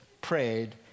prayed